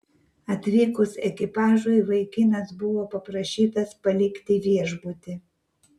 atvykus ekipažui vaikinas buvo paprašytas palikti viešbutį